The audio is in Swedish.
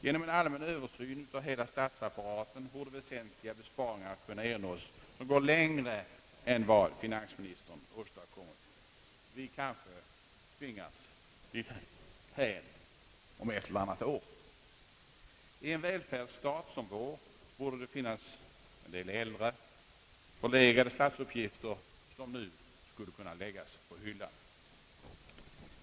Genom en allmän översyn av hela statsapparaten borde väsentliga besparingar kunna ernås som går längre än vad finansministern åstadkommer. Vi kanske tvingas dithän om ett eller annat år. I en välfärdsstat som vår borde det finnas en del äldre, förlegade statsuppgifter som nu skulle kunna läggas på hyllan.